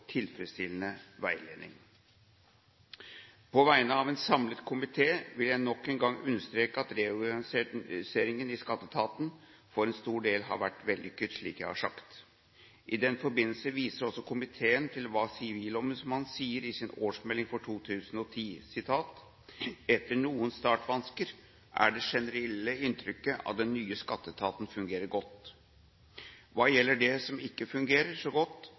tilfredsstillende veiledning. På vegne av en samlet komité vil jeg nok en gang understreke at reorganiseringen i skatteetaten for en stor del har vært vellykket, slik jeg har sagt. I den forbindelse viser også komiteen til hva Sivilombudsmannen sier i sin årsmelding for 2010: «Etter noen startvansker er det generelle inntrykket at den nye skatteetaten fungerer godt.» Hva gjelder det som ikke fungerer så godt,